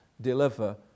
deliver